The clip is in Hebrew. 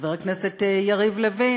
חבר הכנסת יצחק וקנין, חבר הכנסת יריב לוין.